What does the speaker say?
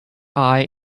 eye